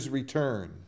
return